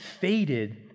faded